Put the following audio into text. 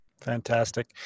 fantastic